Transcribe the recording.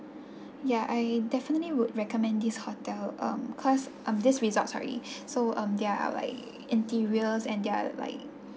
ya I definitely would recommend this hotel um cause um this resort sorry so um their like interiors and their like